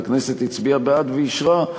והכנסת הצביעה בעד ואישרה,